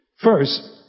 First